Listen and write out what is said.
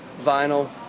vinyl